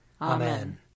Amen